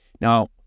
Now